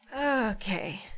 okay